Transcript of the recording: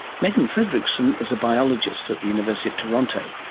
megan frederickson is a biologist at the university of toronto,